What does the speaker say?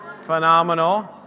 Phenomenal